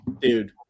dude